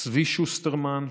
צבי שוסטרמן,